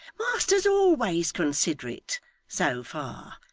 master's always considerate so far.